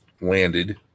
landed